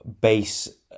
base